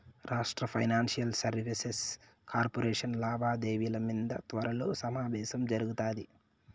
రాష్ట్ర financial services corporation లావాదేవిల మింద త్వరలో సమావేశం జరగతాది